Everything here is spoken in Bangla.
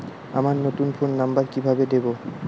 আমার নতুন ফোন নাম্বার কিভাবে দিবো?